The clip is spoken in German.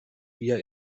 via